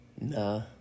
Nah